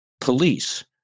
police